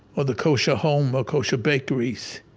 or the kosher home or kosher bakeries.